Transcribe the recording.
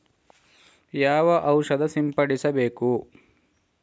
ಯಾವ ಔಷಧ ಸಿಂಪಡಿಸಬೇಕು?